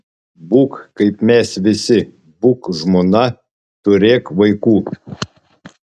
būk kaip mes visi būk žmona turėk vaikų